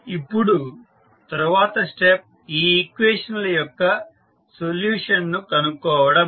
ఇప్పుడు తరువాత స్టెప్ ఈ ఈక్వేషన్ ల యొక్క సొల్యూషన్ ను కనుక్కోవడం